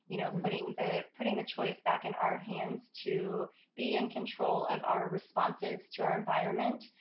you know, putting the putting the choice back in our hands to be in control of our responses to our environment.